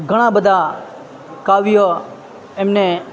ઘણા બધા કાવ્ય એમણે